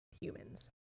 humans